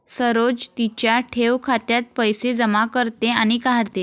सरोज तिच्या ठेव खात्यात पैसे जमा करते आणि काढते